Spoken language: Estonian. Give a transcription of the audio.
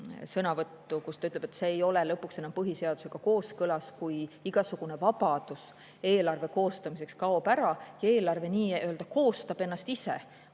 sõnavõttu, kus ta ütleb, et see ei ole lõpuks enam põhiseadusega kooskõlas, kui igasugune vabadus eelarve koostamiseks kaob ära ja eelarve nii-öelda koostab ennast ise